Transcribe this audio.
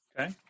Okay